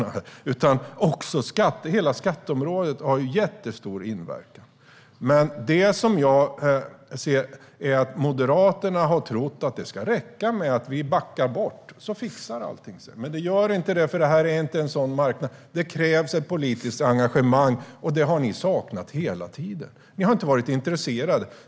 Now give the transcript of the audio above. Det handlar också om hela skatteområdet, som har jättestor inverkan. Det jag ser är att Moderaterna har trott att det ska räcka med att vi backar bort, och så fixar sig allting. Men det gör det inte, för detta är inte en sådan marknad. Det krävs ett politiskt engagemang, och det har ni saknat hela tiden. Ni har inte varit intresserade.